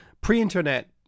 pre-internet